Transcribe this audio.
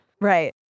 Right